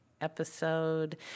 episode